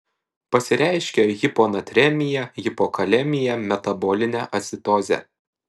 pasireiškia hiponatremija hipokalemija metabolinė acidozė